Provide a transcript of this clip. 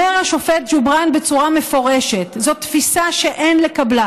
אומר השופט ג'ובראן בצורה מפורשת: זאת תפיסה שאין לקבלה.